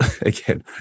again